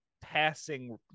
passing